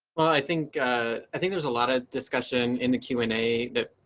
i think i think there's a lot of discussion in the q and a